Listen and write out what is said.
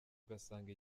ugasanga